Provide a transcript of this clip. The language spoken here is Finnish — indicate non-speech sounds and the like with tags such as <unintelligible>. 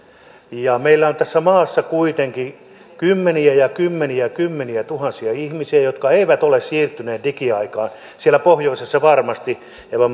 meillä on tässä maassa kuitenkin kymmeniä ja kymmeniä ja kymmeniä tuhansia ihmisiä jotka eivät ole siirtyneet digiaikaan siellä pohjoisessa varmasti eeva <unintelligible>